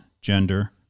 gender